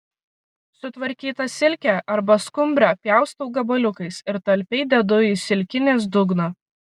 sutvarkytą silkę arba skumbrę pjaustau gabaliukais ir talpiai dedu į silkinės dugną